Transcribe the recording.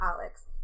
Alex